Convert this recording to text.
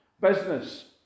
business